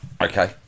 Okay